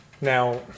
now